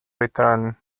return